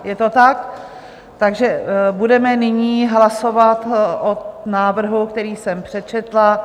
Je to tak, takže budeme nyní hlasovat o návrhu, který jsem přečetla.